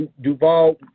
Duvall